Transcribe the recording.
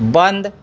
बंद